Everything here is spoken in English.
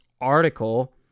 article